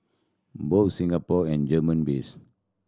both Singapore and German based